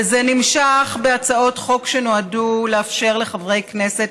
וזה נמשך בהצעות חוק שנועדו לאפשר לחברי כנסת